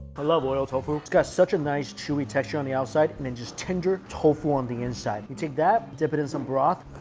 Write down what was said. i love oil tofu it's got such a nice chewy texture on the outside and then just tender tofu on the inside you take that dip it in some broth